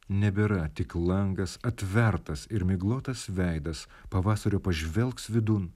nebėra tik langas atvertas ir miglotas veidas pavasario pažvelgs vidun